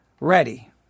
ready